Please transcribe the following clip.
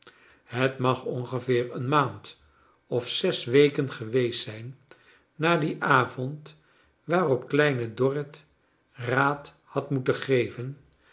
het mag ongeveer een maand of zes weken geweest zijn na dien avond waarop kleine dorrit raad had moeten geven